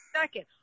second